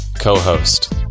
co-host